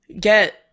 get